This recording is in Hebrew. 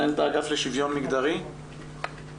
מנהלת האגף לשוויון מגדרי בבקשה.